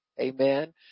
Amen